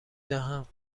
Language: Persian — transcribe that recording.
دهم